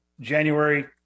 January